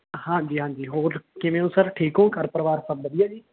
ਹਾਂਜੀ ਹਾਂਜੀ ਹੋਰ ਕਿਵੇਂ ਹੋ ਸਰ ਠੀਕ ਹੋ ਘਰ ਪਰਿਵਾਰ ਸਭ ਵਧੀਆ ਜੀ